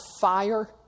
fire